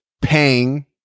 paying